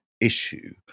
issue